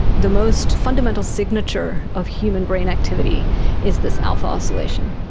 the most fundamental signature of human brain activity is this alpha oscillation,